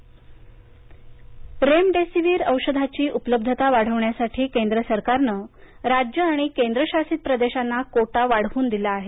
remdesivir remdesivir औषधाची उपलब्धता वाढवण्यासाठी केंद्रसरकारने राज्य आणि केंद्रशासित प्रदेशांना कोटा वाढवून दिला आहे